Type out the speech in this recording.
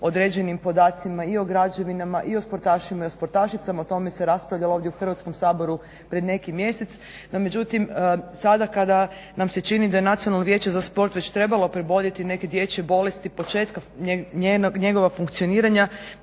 određenim podacima i o građevinama i o sportašima i sportašicama, o tome se raspravljalo ovdje u Hrvatskom saboru pred neki mjesec. No međutim sada kada nam se čini da Nacionalno vijeće za sport već trebalo preboljeti neke dječje bolesti početkom njegovog funkcioniranja,